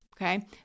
Okay